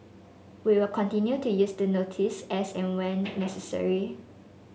we will continue to use the notice as and when necessary